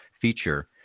feature